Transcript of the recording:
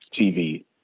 TV